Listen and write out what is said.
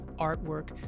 artwork